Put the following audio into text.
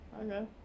Okay